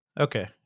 Okay